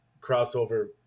crossover